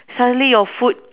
suddenly your food